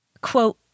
quote